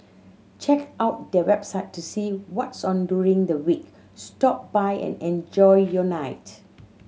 check out their website to see what's on during the week stop by and enjoy your night